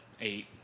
eight